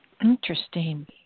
Interesting